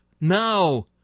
now